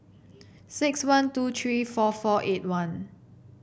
six one two three four four eight one